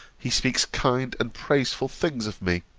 he speaks kind and praiseful things of me.